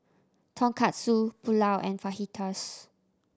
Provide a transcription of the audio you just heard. Tonkatsu Pulao and Fajitas